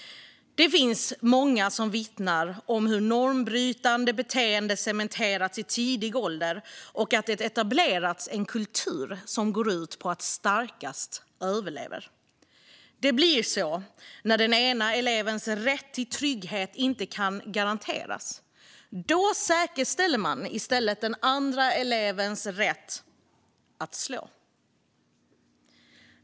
Det finns många som vittnar om hur normbrytande beteende cementerats i tidig ålder och att det etablerats en kultur som går ut på att starkast överlever. Det blir så när den ena elevens rätt till trygghet inte kan garanteras för att man i stället säkerställer den andra elevens rätt att slå.